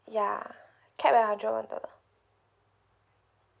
ya capped at hundred one dollar